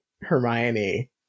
Hermione